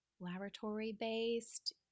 laboratory-based